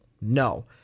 No